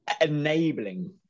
enabling